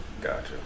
Gotcha